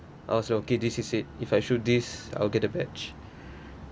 I was like okay this is it if I shoot this I'll get the batch